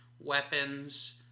weapons